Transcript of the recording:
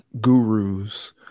gurus